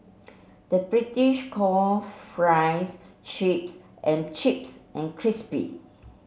the British call fries chips and chips and crispy